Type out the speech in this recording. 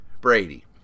Brady